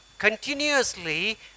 Continuously